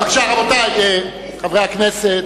בבקשה, רבותי חברי הכנסת.